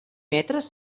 metres